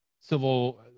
Civil